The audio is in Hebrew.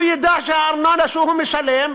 הוא ידע שהארנונה שהוא משלם,